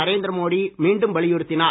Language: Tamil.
நரேந்திர மோடி மீண்டும் வலியுறுத்தினார்